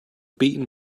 beaten